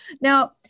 Now